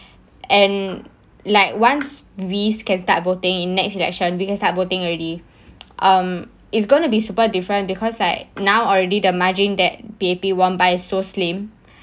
and like once we can start voting in next election people start voting already um it's gonna be super different because like now already the margin that P_A_P won by so slim